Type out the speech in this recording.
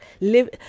Live